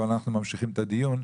אנחנו ממשיכים בדיון.